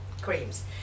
creams